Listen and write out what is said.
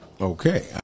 okay